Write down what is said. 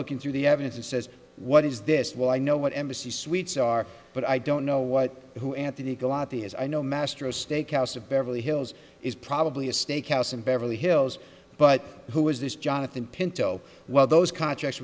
looking through the evidence and says what is this well i know what embassy suites are but i don't know what who anthony lottie has i know mastro steakhouse of beverly hills is probably a steakhouse in beverly hills but who is this jonathan pinto well those contacts